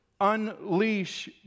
unleash